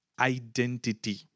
identity